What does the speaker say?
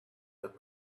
the